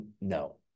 No